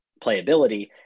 playability